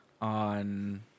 on